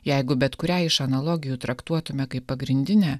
jeigu bet kurią iš analogijų traktuotume kaip pagrindinę